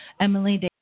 Emily